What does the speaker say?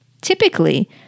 Typically